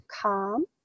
calm